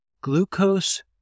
glucose